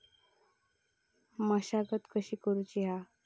मशागत कशी करूची हा?